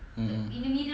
mm